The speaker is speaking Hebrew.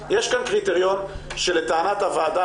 יש כאן קריטריון שלטענת הוועדה,